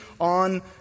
on